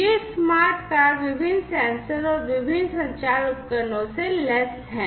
ये smart car विभिन्न sensor और विभिन्न संचार उपकरणों से लैस हैं